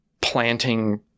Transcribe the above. planting